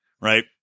Right